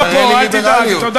תראה לי ליברליות.